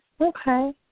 Okay